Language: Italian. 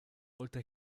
oltre